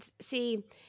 see